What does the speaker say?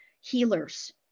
healers